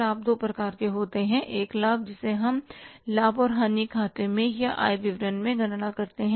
लाभ दो प्रकार के होते हैं एक लाभ जिसे हम लाभ और हानि खाते में या आय विवरण में गणना करते हैं